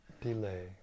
delay